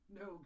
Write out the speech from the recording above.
no